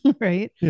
right